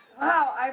Wow